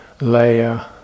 layer